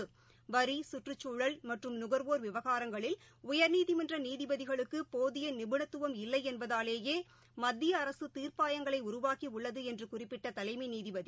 நுகர்வோர் வரி சுற்றுச்சூழல் மற்றும் விவகாரங்களில் உயர்நீதிமன்றநீதிபதிகளுக்குபோதியநிபுணத்துவம் இல்லைஎன்பதாலேயே மத்தியஅரசுதீர்ப்பாயங்களைஉருவாக்கிஉள்ளதுஎன்றுகுறிப்பிட்டதலைமைநீதிபதி